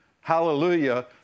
Hallelujah